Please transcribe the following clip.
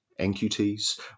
NQTs